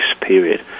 period